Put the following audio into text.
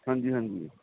ਹਾਂਜੀ ਹਾਂਜੀ